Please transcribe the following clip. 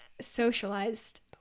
socialized